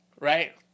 Right